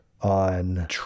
on